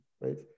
right